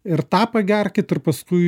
ir tą pagerkit ir paskui